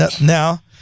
Now